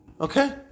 Okay